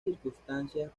circunstancias